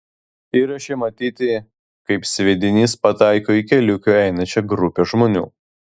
įraše matyti kaip sviedinys pataiko į keliuku einančią grupę žmonių